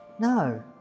No